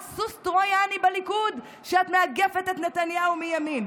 את סוס טרויאני בליכוד שאת מאגפת את נתניהו מימין.